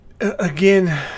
again